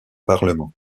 parlement